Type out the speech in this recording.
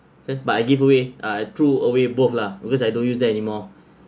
but I give away uh threw away both lah because I don't use it anymore